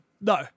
No